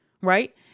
right